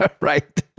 Right